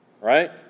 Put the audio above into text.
Right